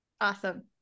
Awesome